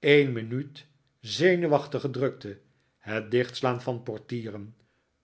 een minuut zenuwachtige drukte het dichtslaan van portieren